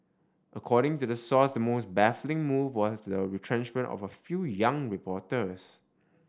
according to the source the most baffling move was the retrenchment of a few young reporters